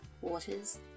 waters